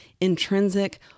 intrinsic